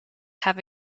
have